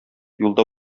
юлда